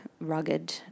rugged